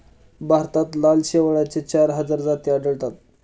भारतात लाल शेवाळाच्या चार हजार जाती आढळतात